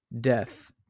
Death